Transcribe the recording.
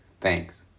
Thanks